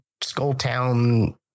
Skulltown